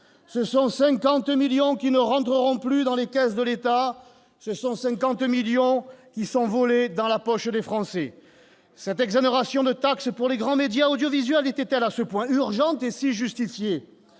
Ce sont 50 millions d'euros qui ne rentreront plus dans les caisses de l'État ; ce sont 50 millions d'euros volés dans la poche des Français ! Cette exonération de taxes pour les grands médias audiovisuels était-elle à ce point urgente et si justifiée ?